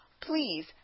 please